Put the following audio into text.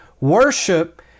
worship